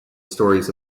stories